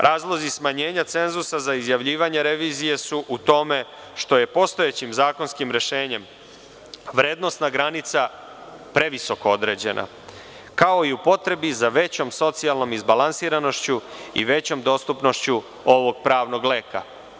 Razlozi smanjenja cenzusa za izjavljivanje revizije su u tome što je postojećim zakonskim rešenjem vrednosna granica previsoko određena, kao i u potrebi za većom socijalnom izbalansiranošću i većom dostupnošću ovog pravnog leka.